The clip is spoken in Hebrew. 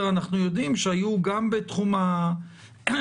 אנחנו יודעים שהיו גם בתחום התפילות